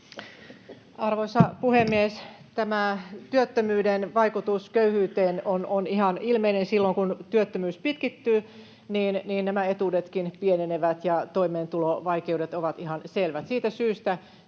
Arvoisa puhemies! Tämä työttömyyden vaikutus köyhyyteen on ihan ilmeinen. Silloin kun työttömyys pitkittyy, nämä etuudetkin pienenevät ja toimeentulovaikeudet ovat ihan selvät. Siitä syystä